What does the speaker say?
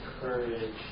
courage